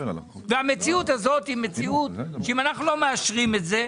אם אנחנו לא מאשרים את זה,